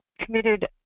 committed